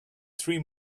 three